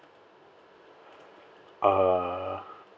uh